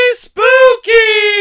spooky